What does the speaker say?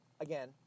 Again